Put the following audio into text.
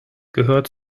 gehört